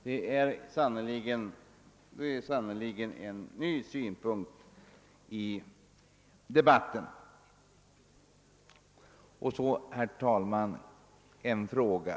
Det är sannerligen en ny synpunkt i debatten. Så, herr talman, ytterligare en fråga.